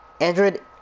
Android